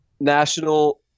national